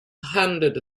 handed